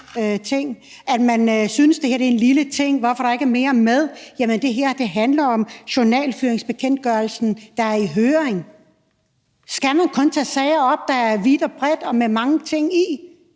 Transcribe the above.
Man synes, det her er en lille ting, og spørger, hvorfor der ikke er mere med. Jamen det her handler om journalføringsbekendtgørelsen, der er i høring. Skal man kun tage sager op, der favner vidt og bredt, og med mange ting i?